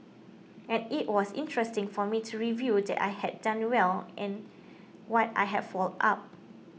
and it was interesting for me to review what I had done well and what I had fouled up